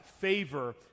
favor